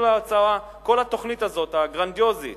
כל התוכנית הזאת, הגרנדיוזית,